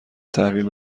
تحویل